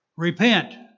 Repent